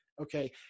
okay